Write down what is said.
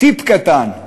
טיפ קטן: